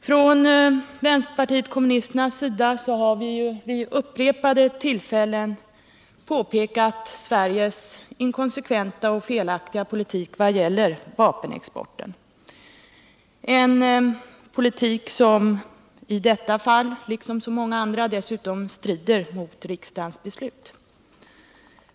Från vpk har vi vid upprepade tillfällen påtalat Sveriges inkonsekventa och felaktiga politik vad gäller vapenexporten, en politik som i detta fall liksom i så många andra fall dessutom strider mot riksdagens beslut.